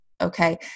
Okay